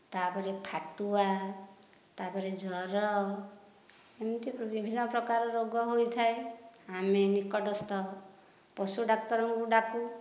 ତାପରେ ଫାଟୁଆ ତାପରେ ଜ୍ଵର ଏମିତି ବିଭିନ୍ନ ପ୍ରକାର ରୋଗ ହୋଇଥାଏ ଆମେ ନିକଟସ୍ଥ ପଶୁ ଡାକ୍ତରଙ୍କୁ ଡାକୁ